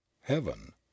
Heaven